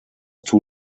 too